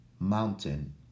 Mountain